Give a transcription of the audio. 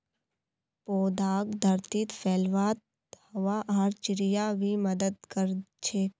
पौधाक धरतीत फैलवात हवा आर चिड़िया भी मदद कर छे